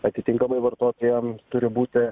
atitinkamai vartotojam turi būti